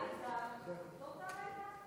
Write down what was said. עאידה, את לא רוצה הביתה?